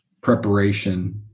preparation